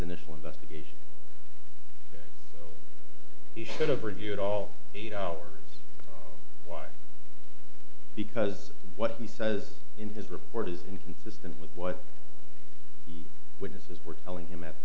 initial investigation he should have reviewed all eight hours while because what he says in his report is inconsistent with what the witnesses were telling him at